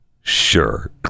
sure